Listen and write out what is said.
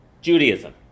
Judaism